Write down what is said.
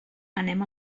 anem